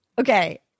Okay